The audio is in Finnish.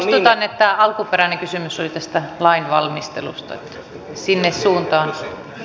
muistutan että alkuperäinen kysymys oli tästä lainvalmistelusta että sinne suuntaan